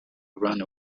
ran